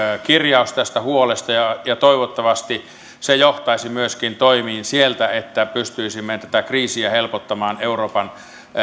kirjaus tästä huolesta ja ja toivottavasti se johtaisi myöskin toimiin sieltä että pystyisimme tätä kriisiä helpottamaan euroopan